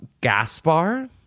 Gaspar